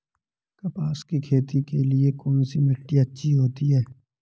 कपास की खेती के लिए कौन सी मिट्टी अच्छी होती है?